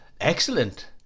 Excellent